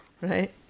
right